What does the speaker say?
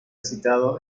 citado